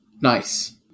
Nice